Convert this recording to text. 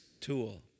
tool